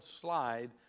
slide